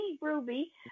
Ruby